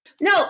no